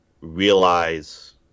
realize